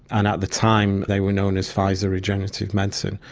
and at the time they were known as pfizer regenerative medicine,